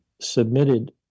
submitted